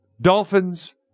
Dolphins